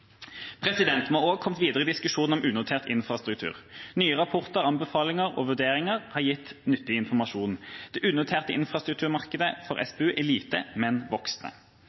Vi har også kommet videre i diskusjonen om unotert infrastruktur. Nye rapporter, anbefalinger og vurderinger har gitt nyttig informasjon. Det unoterte infrastrukturmarkedet for SPU er lite, men